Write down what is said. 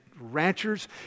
ranchers